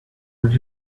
would